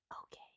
Okay